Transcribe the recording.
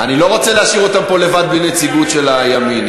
אני לא רוצה להשאיר אותם פה לבד בלי נציגות של הימין.